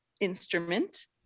instrument